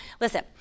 listen